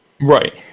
Right